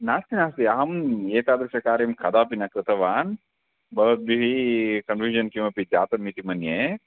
नास्ति नास्ति अहम् एतादृशं कार्यं कदापि न कृतवान् भवद्भिः कन्फ़्यूषन् किमपि जातमिति मन्ये